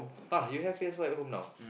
uh you have fierce wide home now